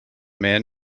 man